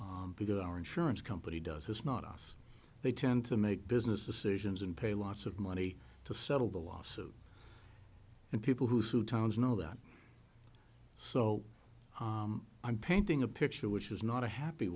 lawsuits because our insurance company does this not us they tend to make business decisions and pay lots of money to settle the lawsuit and people who sue towns know that so i'm painting a picture which is not a happy